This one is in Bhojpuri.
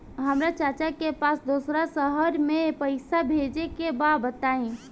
हमरा चाचा के पास दोसरा शहर में पईसा भेजे के बा बताई?